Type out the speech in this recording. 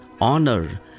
honor